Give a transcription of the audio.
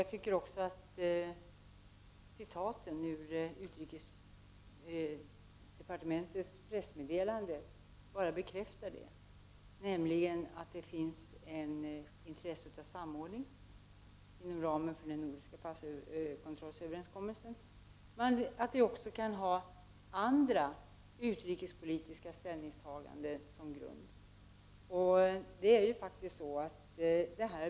Jag tycker dessutom att citaten ur utrikesdepartementets pressmeddelande bara bekräftar att det finns ett intresse av samordning inom ramen för den nordiska passkontrollöverenskommelsen och att det också kan ha andra utrikespolitiska ställningstaganden som grund.